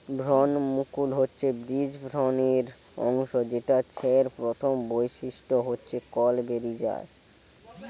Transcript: ভ্রূণমুকুল হচ্ছে বীজ ভ্রূণের অংশ যেটা ছের প্রথম বৈশিষ্ট্য হচ্ছে কল বেরি যায়